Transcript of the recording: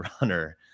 runner